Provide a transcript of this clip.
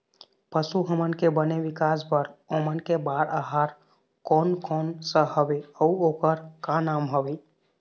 पशु हमन के बने विकास बार ओमन के बार आहार कोन कौन सा हवे अऊ ओकर का नाम हवे?